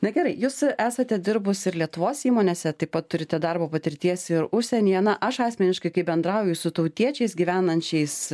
na gerai jūs esate dirbus ir lietuvos įmonėse taip pat turite darbo patirties ir užsienyje na aš asmeniškai kai bendrauju su tautiečiais gyvenančiais